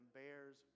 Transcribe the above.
bears